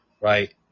right